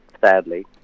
sadly